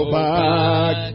back